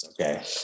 Okay